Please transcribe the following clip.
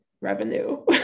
revenue